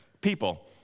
People